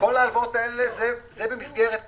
כל ההלוואות האלה הן במסגרת המתווה.